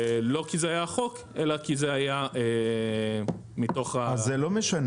לא כי זה היה החוק אלא כי זה היה --- אז זה לא משנה.